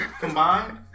combined